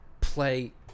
play –